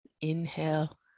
Inhale